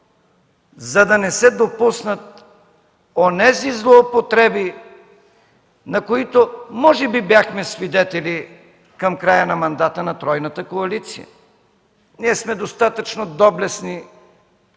за да не се допуснат онези злоупотреби, на които може би бяхме свидетели към края на мандата на тройната коалиция. Ние сме достатъчно доблестни